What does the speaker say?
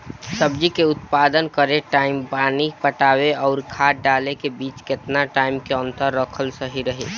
सब्जी के उत्पादन करे टाइम पानी पटावे आउर खाद डाले के बीच केतना टाइम के अंतर रखल सही रही?